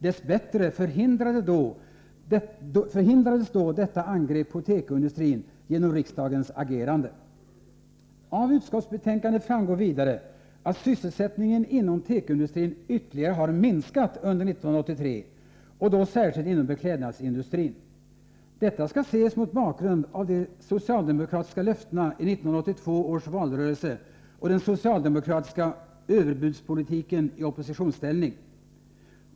Dess bättre förhindrades detta angrepp på tekoindustrin genom riksdagens agerande. Av utskottsbetänkandet framgår vidare att sysselsättningen inom tekoindustrin ytterligare har minskat under 1983 och då särskilt inom beklädnadsindustrin. Detta skall ses mot bakgrund av de socialdemokratiska löftena i 1982 års valrörelse och den socialdemokratiska överbudspolitiken i oppositionsställning.